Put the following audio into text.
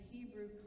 Hebrew